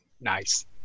nice